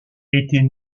était